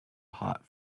hot